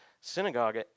synagogue